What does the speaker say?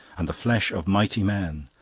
and the flesh of mighty men,